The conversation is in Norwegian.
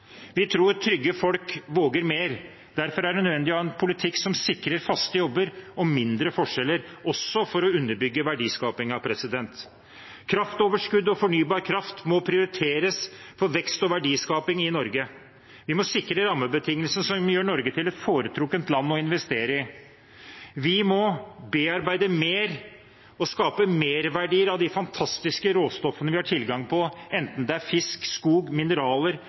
Vi tror trygge folk våger mer. Derfor er det nødvendig å ha en politikk som sikrer faste jobber og mindre forskjeller, også for å underbygge verdiskapingen. Kraftoverskuddet og fornybar kraft må prioriteres for vekst og verdiskaping i Norge. Vi må sikre rammebetingelsene som gjør Norge til et foretrukket land å investere i. Vi må bearbeide mer og skape merverdier av de fantastiske råstoffene vi har tilgang på, enten det er fisk, skog, mineraler,